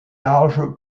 large